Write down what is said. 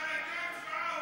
אבל הייתה הצבעה.